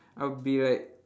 I'll be like